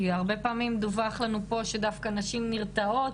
כי הרבה פעמים דווח לנו פה שדווקא נשים נרתעות,